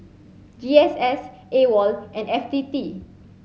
G S S AWOL and F T T